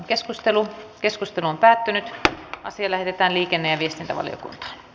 keskustelu on päätynyt asia lähetetään liikenne edistettävän